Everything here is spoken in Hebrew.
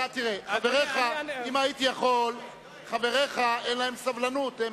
חבריך, אין להם סבלנות.